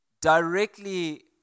directly